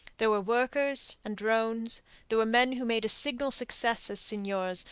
there were workers and drones there were men who made a signal success as seigneurs,